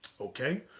okay